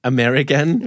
American